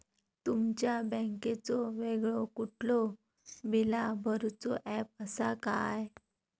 तुमच्या बँकेचो वेगळो कुठलो बिला भरूचो ऍप असा काय?